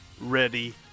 ready